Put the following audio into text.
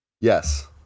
Yes